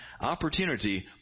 Opportunity